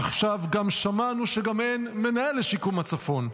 עכשיו גם שמענו שגם אין מנהל לשיקום הצפון.